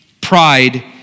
Pride